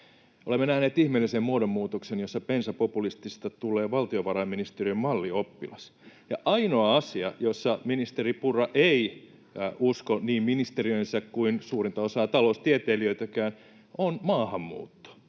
Olemme nähneet ihmeellisen muodonmuutoksen, jossa bensapopulistista tulee valtiovarainministeriön mallioppilas. Ja ainoa asia, jossa ministeri Purra ei usko niin ministeriötänsä kuin suurinta osaa taloustieteilijöitäkään, on maahanmuutto.